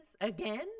again